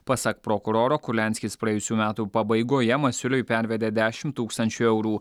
pasak prokuroro kurlianskis praėjusių metų pabaigoje masiuliui pervedė dešimt tūkstančių eurų